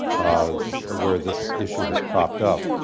ah ah where this issue has cropped up.